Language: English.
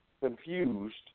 Confused